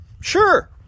Sure